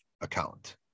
account